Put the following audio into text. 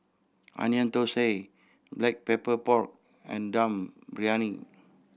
Onion Thosai Black Pepper Pork and Dum Briyani